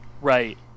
Right